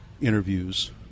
interviews